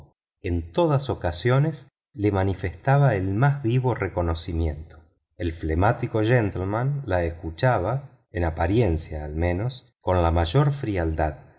en todas ocasiones le manifestaba el más vivo reconocimiento el flemático gentleman la escuchaba en apariencia al menos con la mayor frialdad